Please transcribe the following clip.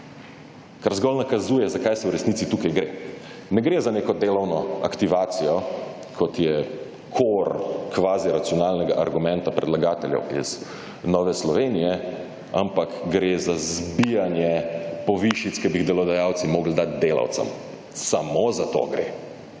Kar zgolj nakazuje, za kaj se v resnici tukaj gre. Ne gre za neko delovno aktivacijo, kot je kor kvazi racionalnega argumenta predlagateljev iz Nove Slovenije, ampak gre za zbijanje povišic, ki bi jih delodajalci mogli dat delavcem. Samo za to gre,